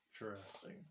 interesting